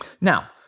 Now